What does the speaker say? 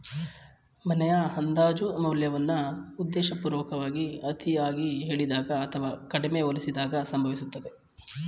ಮನೆಯ ಅಂದಾಜು ಮೌಲ್ಯವನ್ನ ಉದ್ದೇಶಪೂರ್ವಕವಾಗಿ ಅತಿಯಾಗಿ ಹೇಳಿದಾಗ ಅಥವಾ ಕಡಿಮೆ ಹೋಲಿಸಿದಾಗ ಸಂಭವಿಸುತ್ತದೆ